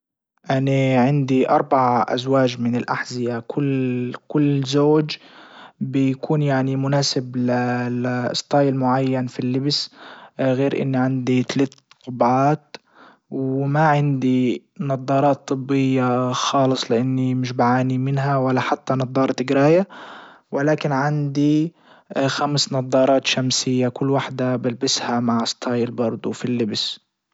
اني عندي اربع ازواج من الاحذية كل كل زوج بيكون يعني مناسب ستايل معين في اللبس غير اني عندي تلات قبعات وما عندي نضارات طبية خالص لاني مش بعاني منها ولا حتى نضارة جراية ولكن عندي خمس نضارات شمسية كل واحده بلبسها مع استايل برضة في اللبس.